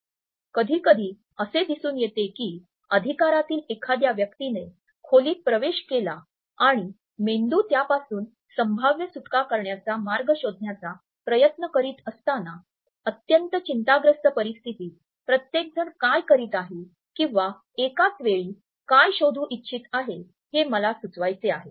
कधीकधी असे दिसून येते की आधिकारातील एखाद्या व्यक्तीने खोलीत प्रवेश केला आणि मेंदू त्यापासून संभाव्य सुटका करण्याचा मार्ग शोधण्याचा प्रयत्न करीत असताना अत्यंत चिंताग्रस्त परिस्थितीत प्रत्येकजण काय करीत आहे किंवा एकाच वेळी काय शोधू इच्छित आहे हे मला सुचवायचे आहे